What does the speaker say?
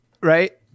right